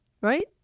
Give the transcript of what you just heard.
right